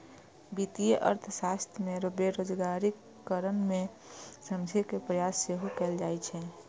वित्तीय अर्थशास्त्र मे बेरोजगारीक कारण कें समझे के प्रयास सेहो कैल जाइ छै